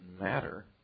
matter